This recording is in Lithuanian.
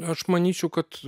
aš manyčiau kad